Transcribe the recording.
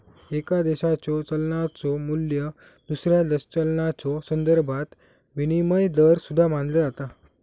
एका देशाच्यो चलनाचो मू्ल्य दुसऱ्या चलनाच्यो संदर्भात विनिमय दर सुद्धा मानला जाता